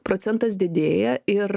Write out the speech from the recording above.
procentas didėja ir